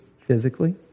physically